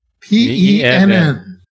P-E-N-N